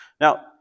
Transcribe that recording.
Now